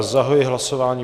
Zahajuji hlasování.